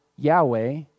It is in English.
Yahweh